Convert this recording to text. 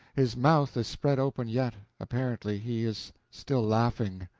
his mouth is spread open yet apparently he is still laughing.